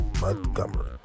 Montgomery